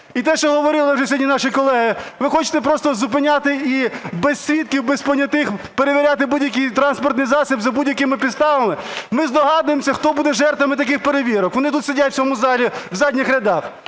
І те, що говорили вже сьогодні наші колеги, ви хочете просто зупиняти і без свідків, без понятих перевіряти будь-який транспортний засіб за будь-якими підставами. Ми здогадуємося, хто буде жертвами таких перевірок. Вони тут сидять в цьому залі в задніх рядах.